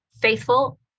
faithful